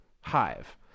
hive